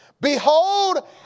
Behold